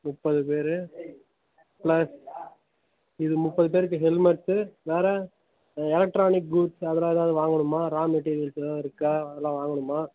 முப்பது பேர் ப்ளஸ் இது முப்பது பேருக்கு ஹெல்மெட் வேற எலக்ட்ரானிக் கூட்ஸ் அதெல்லாம் எதாவது வாங்கணுமா ரா மெட்டீரியல்ஸ் எல்லாம் இருக்கா அதெல்லாம் வாங்கணுமா